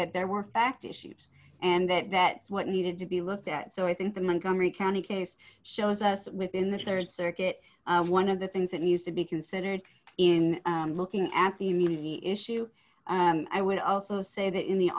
that there were fact issues and that that is what needed to be looked at so i think the montgomery county case shows us within the rd circuit one of the things that used to be considered in looking at the immediately issued and i would also say that in the